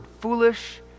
foolish